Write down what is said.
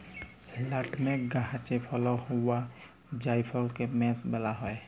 nutmeg গাহাচে ফলল হউয়া জাইফলকে মেস ব্যলা হ্যয়